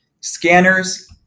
scanners